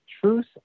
truth